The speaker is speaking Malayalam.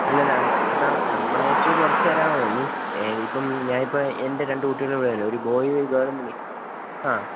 അല്ലല്ല നമ്മുടെ ഇത്തിരി കുറച്ചുതരാമോ മീൻസ് ഇപ്പം ഞാനിപ്പം എൻ്റെ രണ്ടു കുട്ടികള് വരും ഒരു ബോയും ഗേളും മതി ആ